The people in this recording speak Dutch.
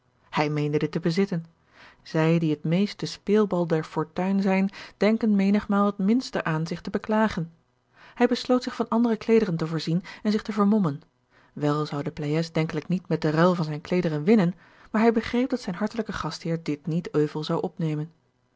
hij meende dit te bezitten zij die het meest de speelbal der fortuin zijn denken menigmaal het minst er aan zich te beklagen hij besloot zich van andere kleederen te voorzien en zich te vermommen wel zou de pleyes denkelijk niet met den ruil van zijne kleederen winnen maar hij begreep dat zijn hartelijke gastheer dit niet euvel zou opnemen